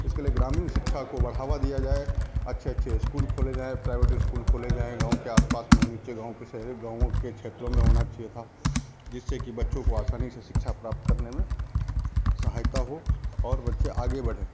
इसके लिए ग्रामीण शिक्षा को बढ़ावा दिया जाए अच्छे अच्छे स्कूल खोले जाएँ प्राइवेट स्कूल खोले जाएँ गाँव के आस पास में होनी चाहिए गाँव के शहरी गाँवो के क्षेत्रों में होना चिए था जिससे कि बच्चों को आसानी से शिक्षा प्राप्त करने में सहायता हो और बच्चे आगे बढ़ें